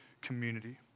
community